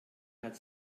hat